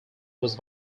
was